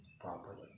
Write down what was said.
properly